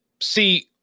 see